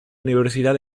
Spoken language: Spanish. universidad